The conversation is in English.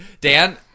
Dan